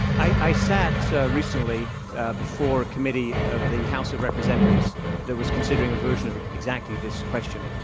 i i sat recently before a committee of the house of r epresentatives that was considering a version of exactly this question.